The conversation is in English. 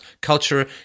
culture